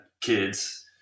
kids